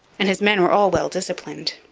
and his men were all well disciplined.